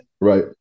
Right